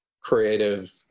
creative